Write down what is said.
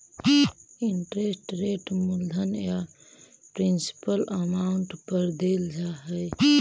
interest rate मूलधन या principal amount पर देल जा हई